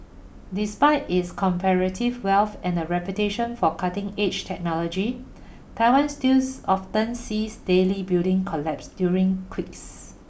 despite its comparative wealth and a reputation for cutting edge technology Taiwan stills often sees deadly building collapse during quicks